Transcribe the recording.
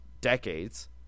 decades